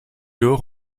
lors